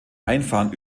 einfahren